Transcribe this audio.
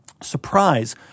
Surprise